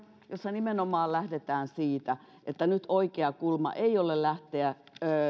jossa nimenomaan lähdetään siitä että nyt oikea kulma ei ole lähteä